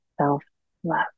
Self-Love